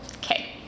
Okay